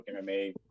MMA